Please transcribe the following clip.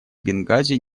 бенгази